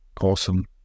Awesome